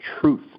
truth